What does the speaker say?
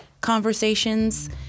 conversations